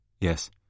Yes